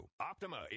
optima